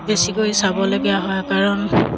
বেছিকৈ চাবলগীয়া হয় কাৰণ